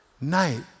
night